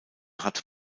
hat